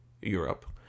Europe